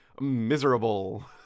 miserable